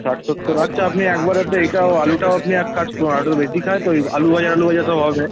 ষাট সত্তর আচ্ছা আপনি একবারেতে এটাও আলুটাও আপনি এক কাজ করুন আলুটা তো বেশি খায় তো ওই আলু ভাজা আলু ভাজা সব হবে